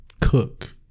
cook